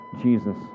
Jesus